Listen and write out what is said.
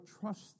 trust